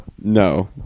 No